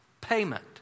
payment